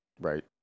right